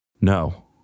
No